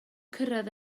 cyrraedd